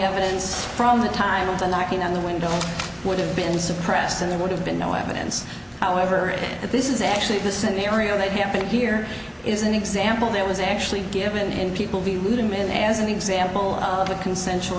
evidence from the time of the nineteen on the window would have been suppressed and there would have been no evidence however that this is actually the scenario that happened here is an example there was actually given in people view women as an example of a consensual